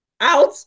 Out